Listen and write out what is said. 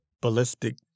ballistic